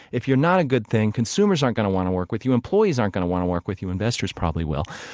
if you're not a good thing, consumers aren't going to want to work with you, employees aren't going to want to work with you. investors probably will.